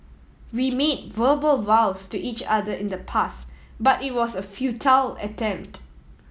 we made verbal vows to each other in the past but it was a futile attempt